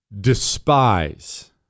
despise